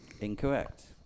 Incorrect